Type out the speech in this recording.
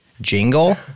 jingle